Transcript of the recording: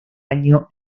año